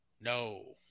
No